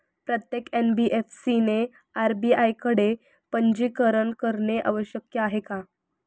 प्रत्येक एन.बी.एफ.सी ने आर.बी.आय कडे पंजीकरण करणे आवश्यक आहे का?